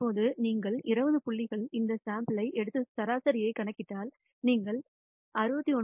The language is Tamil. இப்போது நீங்கள் 20 புள்ளிகளின் இந்த சாம்பிள் யை எடுத்து சராசரியைக் கணக்கிட்டால் நீங்கள் 69